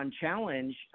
challenge